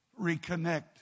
Reconnect